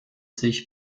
sich